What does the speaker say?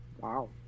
Wow